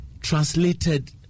translated